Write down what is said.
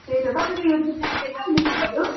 त्यही त तपाईँको यो दोकान चाहिँ कहाँनिर पऱ्यो